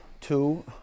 two